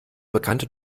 bekannte